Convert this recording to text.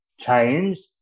changed